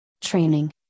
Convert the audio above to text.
training